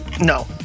No